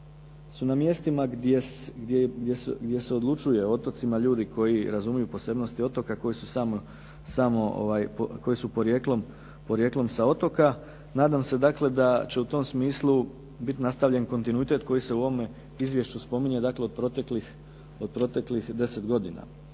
su na mjestima gdje se odlučuje o otocima, ljudi koji razumiju posebnosti otoka, koji su porijeklom sa otoka, nadam se dakle da će u tom smislu bit nastavljen kontinuitet koji se u ovome izvješću spominje, dakle od proteklih 10 godina.